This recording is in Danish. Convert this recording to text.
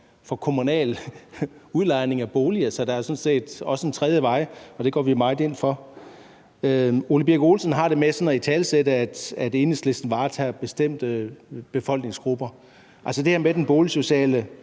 for kommunal udlejning af boliger, så der er sådan set også en tredje vej, og det går vi meget ind for. Ole Birk Olesen har det med at italesætte, at Enhedslisten tager vare på bestemte befolkningsgrupper. Til det her med den boligsociale